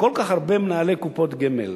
שכל כך הרבה מנהלי קופות גמל,